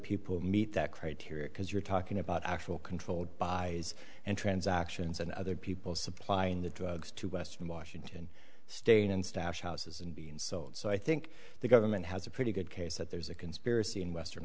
people meet that criteria because you're talking about actual controlled by and transactions and other people supplying the drugs to western washington state and stash houses and being sold so i think the government has a pretty good case that there's a conspiracy in western